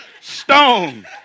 Stone